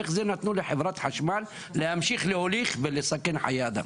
איך זה שנתנו לחברת החשמל להמשיך להוליך ולסכן חיי אדם?